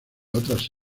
otras